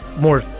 more